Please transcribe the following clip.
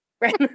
right